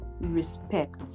respect